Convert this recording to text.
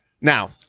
Now